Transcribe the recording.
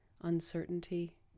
uncertainty